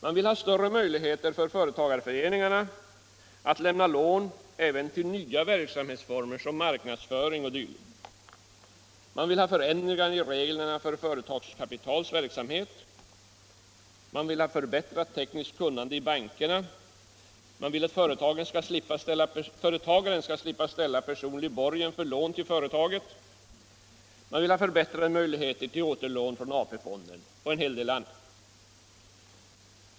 Man vill ha större möjligheter för företagareföreningarna att lämna lån även till nya verksamhetsformer som marknadsföring o. d. Man vill ha förändringar i reglerna för Företagskapitals verksamhet. Man vill ha förbättrat tekniskt kunnande i bankerna. Man vill att företagaren skall slippa ställa personlig borgen för lån till företaget, man vill ha förbättrade möjligheter till återlån från AP-fonden och en hel del annat.